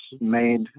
made